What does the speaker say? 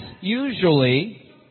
usually